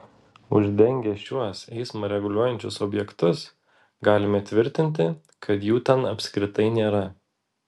uždengę šiuos eismą reguliuojančius objektus galime tvirtinti kad jų ten apskritai nėra